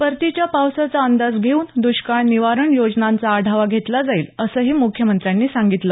परतीच्या पावसाचा अंदाज घेऊन द्ष्काळ निवारण योजनांचा आढावा घेतला जाईल असंही मुख्यमंत्र्यांनी सांगितलं